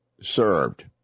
served